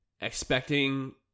expecting